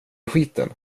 skiten